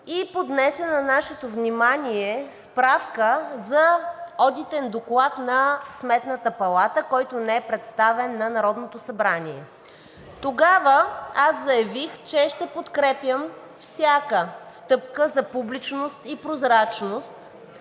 тя поднесе на нашето внимание справка за Одитен доклад на Сметната палата, който не е представен на Народното събрание. Тогава аз заявих, че ще подкрепям всяка стъпка за публичност и прозрачност